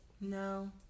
No